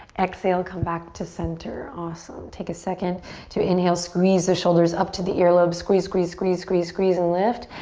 exhale, come back to center. awesome. take a second to inhale, squeeze the shoulders up to the ear lobe. squeeze, squeeze, squeeze, squeeze, squeeze and lift.